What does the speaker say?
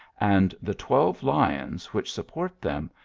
and the twelve lions which support them,